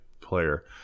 player